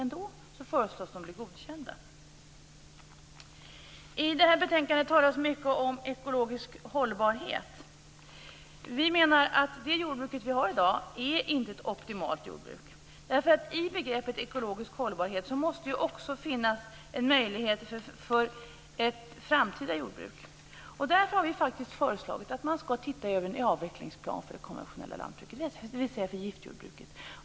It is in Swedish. Ändå föreslås de bli godkända. I det här betänkandet talas det mycket om ekologisk hållbarhet. I begreppet ekologisk hållbarhet måste det också finnas en möjlighet för ett framtida jordbruk. Därför har vi föreslagit att man faktiskt skall titta på en avvecklingsplan för det konventionella lantbruket, dvs. för giftjordbruket.